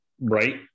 right